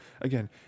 again